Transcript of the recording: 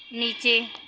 नीचे